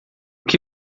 que